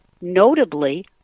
notably